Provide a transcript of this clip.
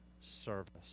service